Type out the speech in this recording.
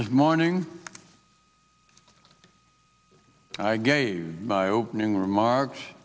this morning i gave my opening remarks